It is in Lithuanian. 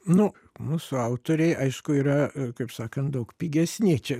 nu mūsų autoriai aišku yra kaip sakant daug pigesni čia